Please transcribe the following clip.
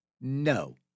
No